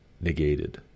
negated